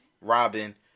robin